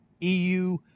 EU